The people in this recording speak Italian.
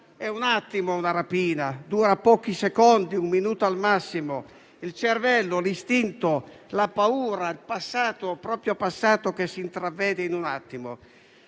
è un attimo, dura pochi secondi, un minuto al massimo; il cervello, l'istinto, la paura, il proprio passato che si intravede in un attimo.